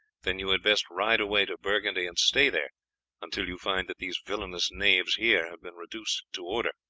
then you had best ride away to burgundy and stay there until you find that these villainous knaves here have been reduced to order,